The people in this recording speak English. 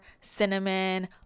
cinnamon